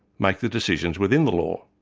make the decisions within the law.